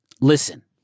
listen